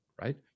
right